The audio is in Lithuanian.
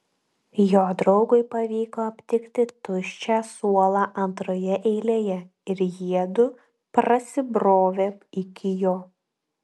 jo draugui pavyko aptikti tuščią suolą antroje eilėje ir jiedu prasibrovė iki jo